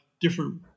different